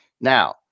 Now